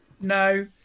no